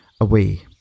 away